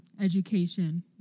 education